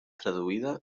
traduïda